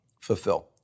fulfill